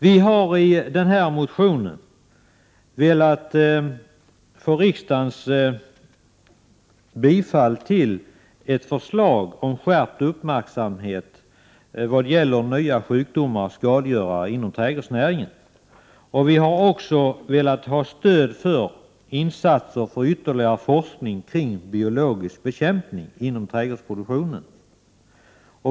Vi har genom motionen velat få riksdagens bifall till ett förslag om skärpt uppmärksamhet när det gäller nya sjukdomar och skadegörare inom trädgårdsnäringen. Vi har också velat ha stöd för insatser för ytterligare forskning kring biologisk bekämpning inom trädgårdsproduktionen.